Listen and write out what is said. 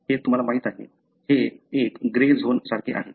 हे तुम्हाला माहीत आहे एक ग्रे झोन सारखे आहे